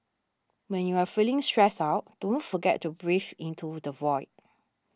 when you are feeling stressed out don't forget to breathe into the void